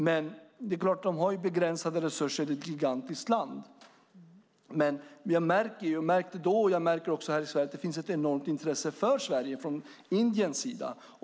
Men det är klart att de har begränsade resurser, och det är ett gigantiskt land. Men jag märkte då, och jag märker också här i Sverige, att det finns ett enormt intresse för Sverige från Indiens sida.